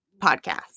podcast